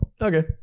Okay